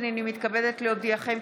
הינני מתכבדת להודיעכם,